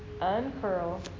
uncurl